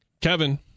Kevin